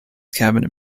cabinet